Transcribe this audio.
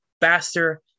faster